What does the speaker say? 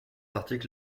article